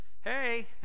hey